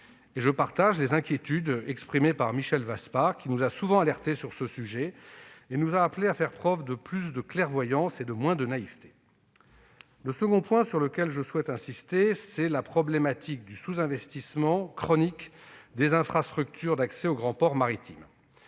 Je partage les inquiétudes de Michel Vaspart, qui nous a souvent alertés sur ce sujet et nous a appelés à faire preuve de plus de clairvoyance et de moins de naïveté. Le second point sur lequel je souhaite insister porte sur la problématique du sous-investissement chronique des infrastructures d'accès aux grands ports maritimes.